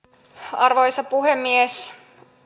arvoisa puhemies